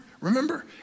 remember